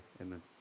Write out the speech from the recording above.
amen